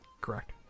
Correct